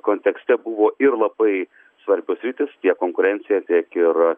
kontekste buvo ir labai svarbios sritys tiek konkurencija tiek ir